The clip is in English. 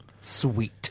sweet